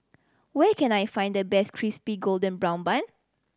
where can I find the best Crispy Golden Brown Bun